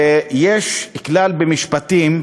יש כלל במשפטים,